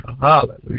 Hallelujah